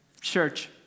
Church